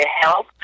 help